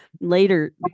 Later